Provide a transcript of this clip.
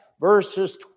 verses